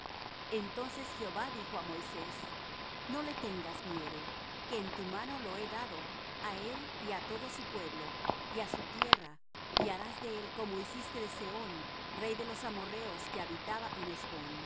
entonces jehová dijo á moisés no le tengas miedo que en tu mano lo he dado á el y á todo su pueblo y á su tierra y harás de él como hiciste de sehón rey de los amorrheos que habitaba en hesbón e